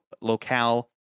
locale